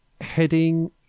heading